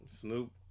Snoop